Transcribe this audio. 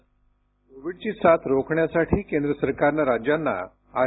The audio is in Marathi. ध्वनी कोविडची साथ रोखण्यासाठी केंद्र सरकारनं राज्यांना आर